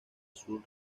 azul